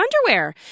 underwear